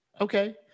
Okay